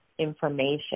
Information